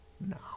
No